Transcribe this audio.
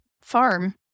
farm